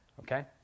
Okay